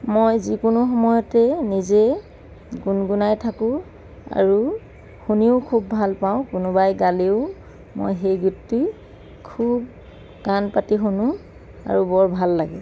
মই যিকোনো সময়তেই নিজে গুণগুণাই থাকোঁ আৰু শুনিও খুব ভাল পাওঁ কোনোবাই গালেও মই সেই গীতটি খুব কাণ পাতি শুনো আৰু বৰ ভাল লাগে